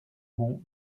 mont